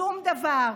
שום דבר.